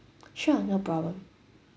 sure no problem